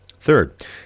Third